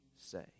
say